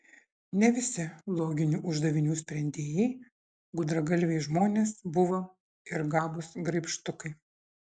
ne visi loginių uždavinių sprendėjai gudragalviai žmonės buvo ir gabūs graibštukai